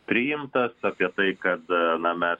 priimtas apie tai kad na mes